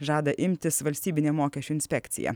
žada imtis valstybinė mokesčių inspekcija